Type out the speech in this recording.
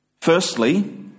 Firstly